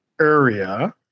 area